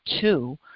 two